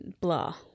blah